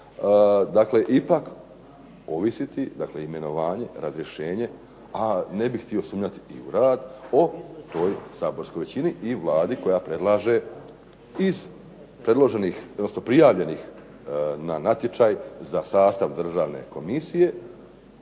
dakle ipak ovisiti imenovanje, razrješenje, a ne bih htio sumnjati i u rad, o toj saborskoj većini i Vladi koja predlaže iz predloženih, odnosno prijavljenih na natječaj za sastav Državne komisije,